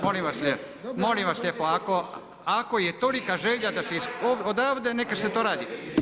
Molim vas, molim vas lijepo, ako je tolika želja da se odavdje, neka se to radi.